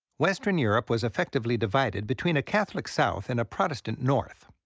western europe was effectively divided between a catholic south and a protestant north,